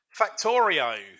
Factorio